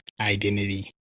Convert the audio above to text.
identity